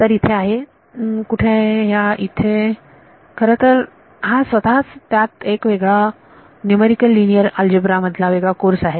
तर इथे आहे कुठे आहे या इथे खरतर हा स्वतःच त्यात एक वेगळा न्यूमरिकल लिनियर अल्जेब्रा मधला वेगळा कोर्स आहे